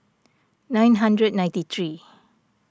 nine hundred ninety three